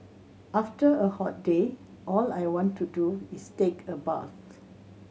after a hot day all I want to do is take a bath